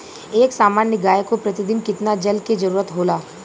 एक सामान्य गाय को प्रतिदिन कितना जल के जरुरत होला?